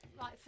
Right